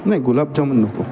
नाही गुलाबजामुन नको